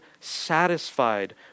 satisfied